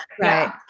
Right